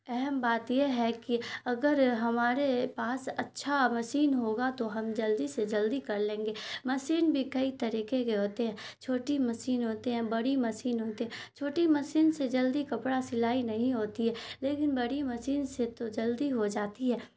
اہم بات یہ ہے کہ اگر ہمارے پاس اچھا مسین ہوگا تو ہم جلدی سے جلدی کر لیں گے مسین بھی کئی طریقے کے ہوتے ہیں چھوٹی مسین ہوتے ہیں بڑی مسین ہوتے ہیں چھوٹی مسین سے جلدی کپڑا سلائی نہیں ہوتی ہے لیکن بڑی مسین سے تو جلدی ہو جاتی ہے